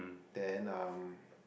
then um